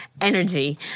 energy